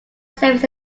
savings